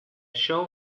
show